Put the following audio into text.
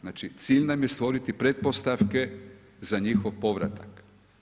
Znači cilj nam je stvoriti pretpostavke za njihov povratak.